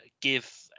give